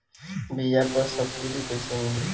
बीया पर सब्सिडी कैसे मिली?